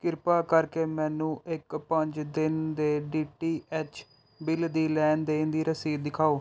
ਕਿਰਪਾ ਕਰਕੇ ਮੈਨੂੰ ਇੱਕ ਪੰਜ ਦਿਨ ਦੇ ਡੀ ਟੀ ਐਚ ਬਿੱਲ ਦੀ ਲੈਣ ਦੇਣ ਦੀ ਰਸੀਦ ਦਿਖਾਓ